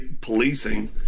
policing